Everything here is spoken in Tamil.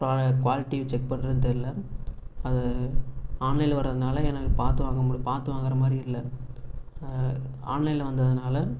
ப்ரா குவாலிட்டி செக் பண்ணுறதுன் தெரில அதை ஆன்லைனில் வரதுனால எனக் பார்த்து வாங்க முடி பார்த்து வாங்கற மாரி இல்லை ஆன்லைனில் வந்ததுனால